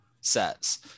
says